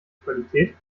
qualität